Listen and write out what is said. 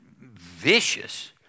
vicious